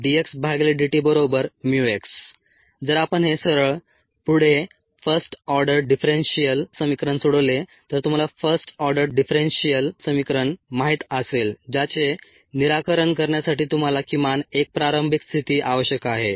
dxdtμx जर आपण हे सरळ पुढे फर्स्ट ऑर्डर डिफरेंशियल समीकरण सोडवले तर तुम्हाला फर्स्ट ऑर्डर डिफरेंशियल समीकरण माहित असेल ज्याचे निराकरण करण्यासाठी तुम्हाला किमान 1 प्रारंभिक स्थिती आवश्यक आहे